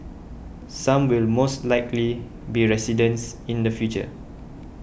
some will most likely be residents in the future